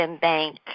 bank